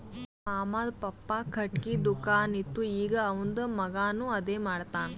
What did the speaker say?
ನಮ್ ಮಾಮಾದು ಪಪ್ಪಾ ಖಟ್ಗಿದು ದುಕಾನ್ ಇತ್ತು ಈಗ್ ಅವಂದ್ ಮಗಾನು ಅದೇ ಮಾಡ್ತಾನ್